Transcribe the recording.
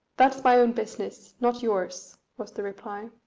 that's my own business, not yours, was the reply.